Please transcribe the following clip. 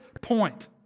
point